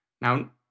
Now